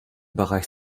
bereich